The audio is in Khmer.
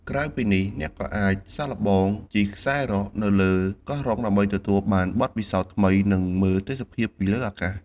ក្រៅពីនេះ អ្នកក៏អាចសាកល្បង ជិះខ្សែរ៉ក នៅលើកោះរ៉ុងដើម្បីទទួលបានបទពិសោធន៍ថ្មី និងមើលទេសភាពពីលើអាកាស។